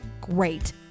Great